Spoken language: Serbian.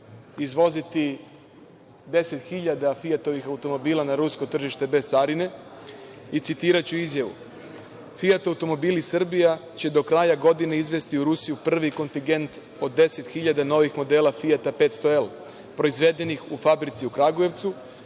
izvoziti 10 hiljada „Fijatovih“ automobila na rusko tržište, bez carine. Citiraću izjavu: „“Fijat“ automobili Srbija će do kraja godine izvesti u Rusiju prvi kontigent od 10 hiljada novih modela „Fijata 500 L“, proizvedenih u fabrici u Kragujevcu.